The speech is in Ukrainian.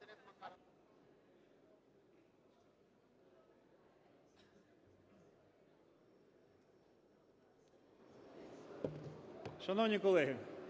Шановні колеги,